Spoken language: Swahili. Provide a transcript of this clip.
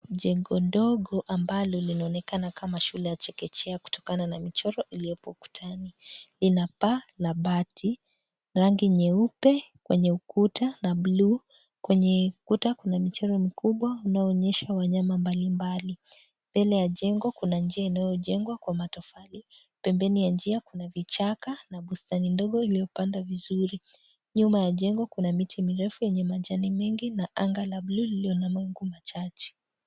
Jengo dogo, ambalo linaonekana kama shule ya chekechea kutokana na michoro iliyopo ukutani. Inapaa la bati ,rangi nyeupe kwenye ukuta na bluu. Kwenye kuta kuna michoro mikubwa, unaoonyesha wanyama mbalimbali. Mbele ya jengo, kuna njia inayojengwa kwa matofali. Pembeni ya njia, kuna vichaka na bustani ndogo iliyopanda vizuri. Nyuma ya jengo, kuna miti mirefu yenye majani mengi na anga la bluu lilo na mawingu machache.